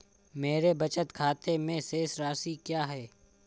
मेरे बचत खाते में शेष राशि क्या है?